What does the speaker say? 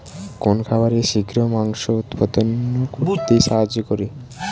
কোন খাবারে শিঘ্র মাংস উৎপন্ন করতে সাহায্য করে?